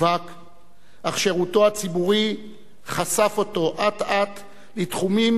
אך שירותו הציבורי חשף אותו אט-אט לתחומים שונים ואחרים,